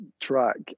track